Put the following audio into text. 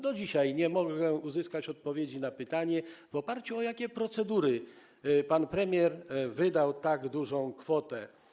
Do dzisiaj nie mogę uzyskać odpowiedzi na pytanie, w oparciu o jakie procedury pan premier wydał tak dużą kwotę.